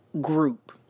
group